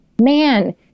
man